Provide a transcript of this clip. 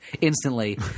instantly